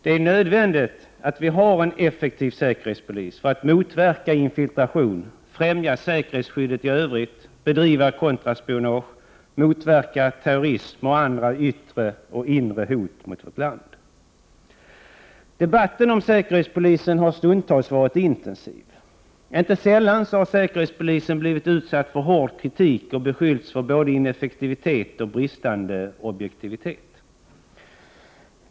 Det är nödvändigt att vi har en effektiv säkerhetspolis för att motverka infiltration, främja säkerhetsskyddet i övrigt, bedriva kontraspionage, motverka terrorism och andra yttre och inre hot mot vårt land. Debatten om säkerhetspolisen har stundtals varit intensiv. Inte sällan har säkerhetspolisen blivit utsatt för hård kritik och beskyllts för både ineffektivitet och bristande objektivitet.